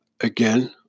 again